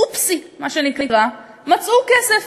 אופסי, מה שנקרא, מצאו כסף.